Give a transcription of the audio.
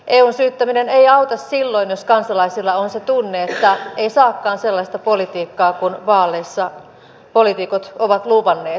eun syyttäminen ei auta silloin jos kansalaisilla on tunne etteivät he saakaan sellaista politiikkaa kuin vaaleissa poliitikot ovat luvanneet